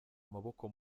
amaboko